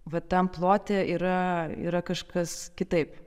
va tam plote yra yra kažkas kitaip